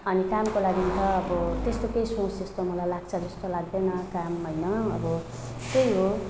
अनि कामको लागि त अब त्यस्तो केही सोच जस्तो मलाई लाग्छ जस्तो लाग्दैन काम होइन अब त्यही हो